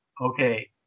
Okay